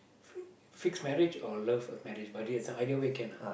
fixed marriage or love at marriage but there's either way can [sh]